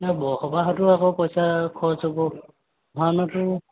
নাই বৰসবাহতো আকৌ পইচা খৰচ হ'ব ভাওনাতো